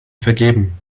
vergeben